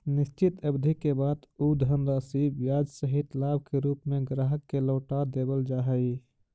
निश्चित अवधि के बाद उ धनराशि ब्याज सहित लाभ के रूप में ग्राहक के लौटा देवल जा हई